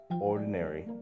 ordinary